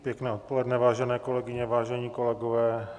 Pěkné odpoledne, vážené kolegyně, vážení kolegové.